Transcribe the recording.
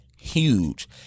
huge